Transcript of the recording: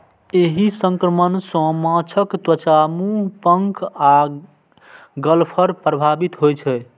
एहि संक्रमण सं माछक त्वचा, मुंह, पंख आ गलफड़ प्रभावित होइ छै